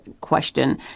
question